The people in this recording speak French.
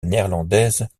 néerlandaise